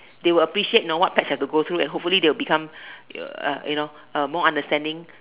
they will appreciate know what pets have to go through and hopefully they will become uh you know a more understanding